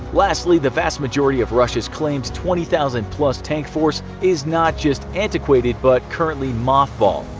lastly, the vast majority of russia's claimed twenty thousand tank force is not just antiquated, but currently mothballed,